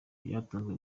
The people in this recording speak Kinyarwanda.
byatanzwe